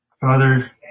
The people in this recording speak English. Father